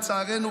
לצערנו,